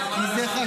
אז בוא נשתף פעולה.